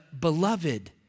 beloved